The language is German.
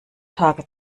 tage